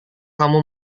kamu